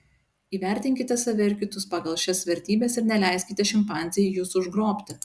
įvertinkite save ir kitus pagal šias vertybes ir neleiskite šimpanzei jus užgrobti